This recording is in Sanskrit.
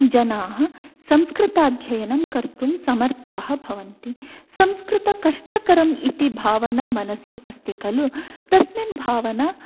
जनाः संस्कृताध्ययनं कर्तुं समर्थाः भवन्ति संस्कृतं कष्टकरमिति भावना मनसि अस्ति खलु तस्मिन् भावना